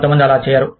కొంతమంది అలా చేయరు